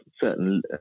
certain